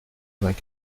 vingt